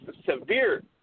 severe